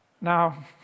Now